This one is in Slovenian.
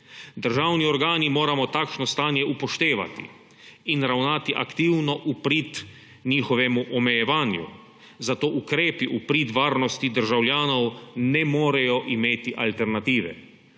Državni organi moramo takšno stanje upoštevati in ravnati aktivno v prid njihovemu omejevanju, zato ukrepi v prid varnosti državljanov ne morejo imeti alternative.